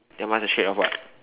then one's a shade of what